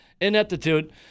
ineptitude